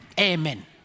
Amen